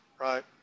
right